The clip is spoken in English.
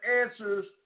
answers